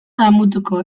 damutuko